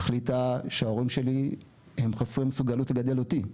החליטה שההורים שלי הם חסרי מסוגלות לגדל אותי.